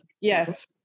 Yes